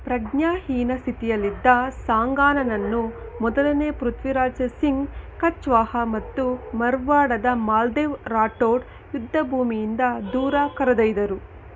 ಪ್ರಜ್ಞಾಹೀನ ಸ್ಥಿತಿಯಲ್ಲಿದ್ದ ಸಾಂಗಾನನ್ನು ಮೊದಲನೇ ಪೃಥ್ವಿರಾಜ ಸಿಂಗ್ ಕಛ್ವಾಹಾ ಮತ್ತು ಮಾರ್ವಾಡದ ಮಾಲ್ದೇವ್ ರಾಠೋಡ್ ಯುದ್ಧ ಭೂಮಿಯಿಂದ ದೂರ ಕರೆದೊಯ್ದರು